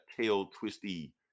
tail-twisty